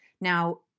Now